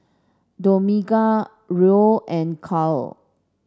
Dominga Roel and Carl